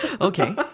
Okay